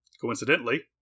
coincidentally